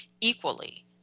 equally